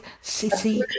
City